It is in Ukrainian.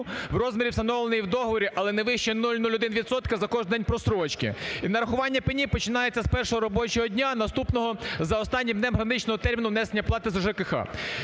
в розмірі, встановленому в договорі, але не вище 0,01 відсотка за кожний день прострочки. І нарахування пені починається з першого робочого дня, наступного за останнім днем граничного терміну внесення плати за ЖКГ.